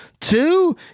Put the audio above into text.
two